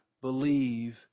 believe